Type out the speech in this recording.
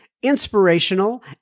inspirational